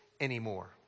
anymore